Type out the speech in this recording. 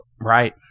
right